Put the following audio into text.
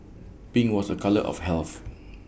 pink was A colour of health